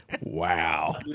Wow